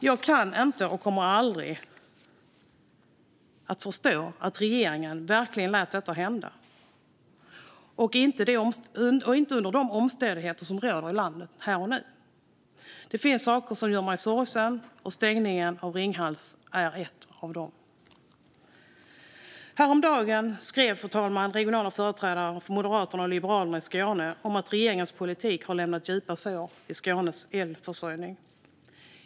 Jag kan inte och kommer aldrig att förstå att regeringen verkligen lät detta hända, och inte under de omständigheter som råder i landet här och nu. Det finns saker som gör mig sorgsen, och stängningen av Ringhals är en av dem. Fru talman! Häromdagen skrev regionala företrädare för Moderaterna och Liberalerna i Skåne om att regeringens politik har lämnat djupa spår i Skånes elförsörjning.